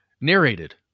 Narrated